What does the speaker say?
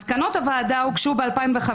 מסקנות הוועדה הוגשו ב-2015.